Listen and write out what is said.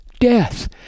death